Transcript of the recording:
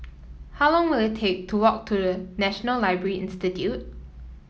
how long will it take to walk to National Library Institute